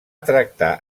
tractar